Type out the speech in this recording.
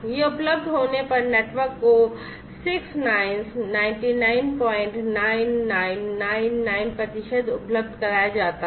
यह उपलब्ध होने पर नेटवर्क को 6 nines 999999 प्रतिशत उपलब्ध कराया जाता है